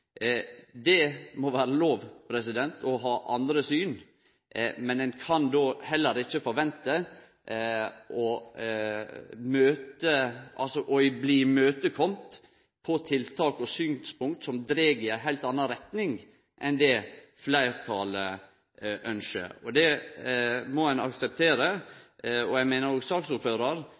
Det må vere lov å ha andre syn. Men ein kan då heller ikkje vente å bli møtt på tiltak og synspunkt som dreg i ei heilt anna retning enn det fleirtalet ynskjer. Det må ein akseptere. Eg meiner